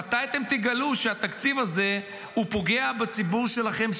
מתי אתם תגלו שהתקציב הזה פוגע בציבור שלכם,